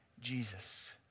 Jesus